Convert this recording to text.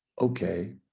Okay